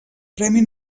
premi